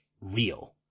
real